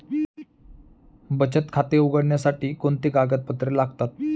बचत खाते उघडण्यासाठी कोणती कागदपत्रे लागतात?